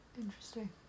Interesting